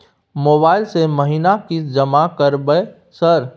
Mobile से महीना किस्त जमा करबै सर?